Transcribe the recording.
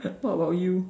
what about you